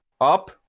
up